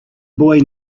boy